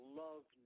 love